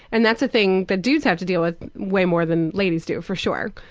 and that's a thing that dudes have to deal with way more than ladies do for sure.